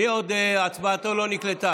מי עוד הצבעתו לא נקלטה?